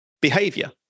behavior